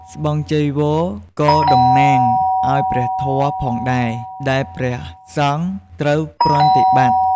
ស្បង់ចីវរក៏តំណាងឲ្យព្រះធម៌ផងដែរ ដែលព្រះសង្ឃត្រូវប្រតិបត្តិ។